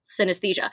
synesthesia